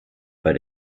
bei